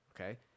okay